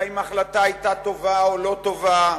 אם ההחלטה היתה טובה או לא טובה,